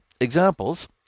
examples